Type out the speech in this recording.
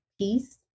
peace